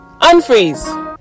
unfreeze